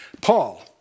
Paul